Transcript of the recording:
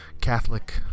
Catholic